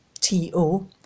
T-O